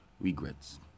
regrets